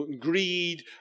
greed